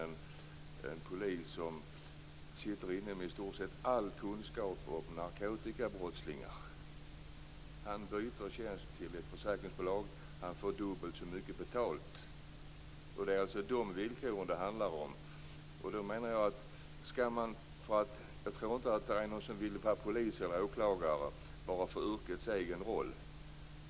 En polis som sitter inne med i stort sett all kunskap om narkotikabrottslingar byter tjänst och börjar arbeta i ett försäkringsbolag. Han får dubbelt så mycket betalt. Det är dessa villkor som det handlar om. Jag tror inte att det är någon som vill vara polis eller åklagare bara för yrkets egen roll.